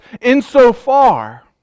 insofar